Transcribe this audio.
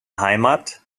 heimat